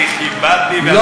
אני דיברתי, לא.